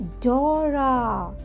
Dora